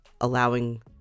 allowing